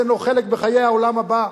אין לו חלק בחיי העולם הבא.